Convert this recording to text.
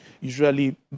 usually